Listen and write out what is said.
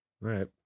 right